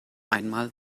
einmal